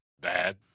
bad